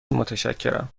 متشکرم